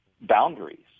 boundaries